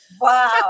wow